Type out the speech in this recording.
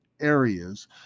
areas